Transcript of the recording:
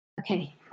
okay